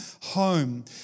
home